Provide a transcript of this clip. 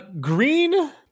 green